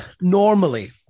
Normally